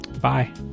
Bye